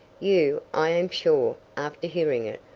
you, i am sure, after hearing it,